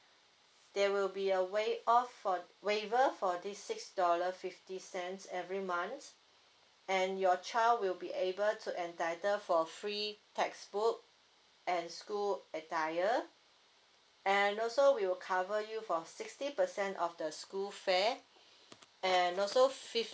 there will be a waive off uh waiver for this six dollar fifty cents every month and your child will be able to entitle for free textbook and school attire and also we will cover you for sixty percent of the school fare and also fifteen